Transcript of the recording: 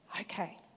Okay